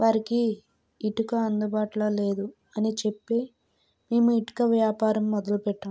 వారికి ఇటుక అందుబాటులో లేదు అని చెప్పే లిమిట్ గా వ్యాపారం మొదలుపెట్టాం